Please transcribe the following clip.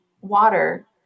water